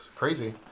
crazy